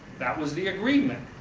that was the agreement.